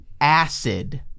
acid